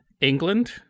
England